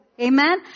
Amen